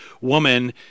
woman